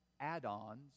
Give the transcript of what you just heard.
add-ons